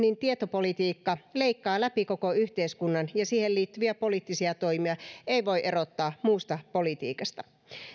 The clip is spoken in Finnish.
tietopolitiikka leikkaa läpi koko yhteiskunnan ja siihen liittyviä poliittisia toimia ei voi erottaa muusta politiikasta